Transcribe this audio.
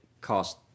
cost